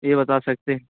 ये बता सकते हैं